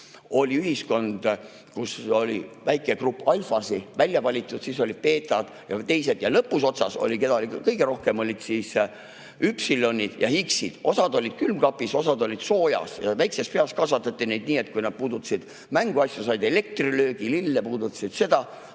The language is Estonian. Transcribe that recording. Oli ühiskond, kus oli väike grupp alfasid ehk väljavalituid, siis olid beetad ja teised ja lõpuotsas olid, neid oli kõige rohkem, üpsilonid ja iksid. Osa oli külmkapis, osa oli soojas. Väikesest peast kasvatati neid nii, et kui nad puudutasid mänguasju, said nad elektrilöögi, kui lille puudutasid,